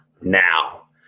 now